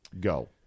Go